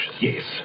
Yes